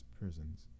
prisons